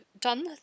done